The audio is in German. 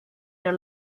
der